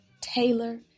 Taylor